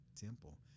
temple